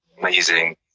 Amazing